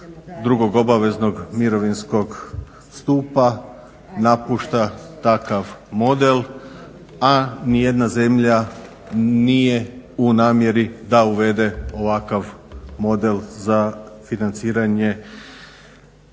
drugog obaveznog mirovinskog stupa napušta takav model, a ni jedna zemlja nije u namjeri da uvede ovakav model za financiranje